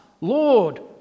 Lord